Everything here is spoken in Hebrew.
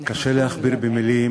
קשה להכביר במילים,